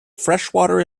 freshwater